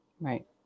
right